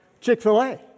Chick-fil-A